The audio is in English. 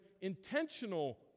intentional